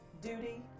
duty